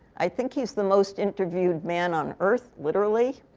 i think he's the most interviewed man on earth, literally.